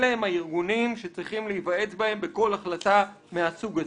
אלה הם הארגונים שצריכים להיוועץ בהם בכל החלטה מהסוג הזה.